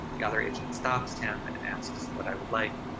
the other agent stops him and asks what i would like,